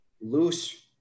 loose